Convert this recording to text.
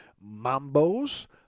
Mambo's